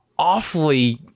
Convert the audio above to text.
awfully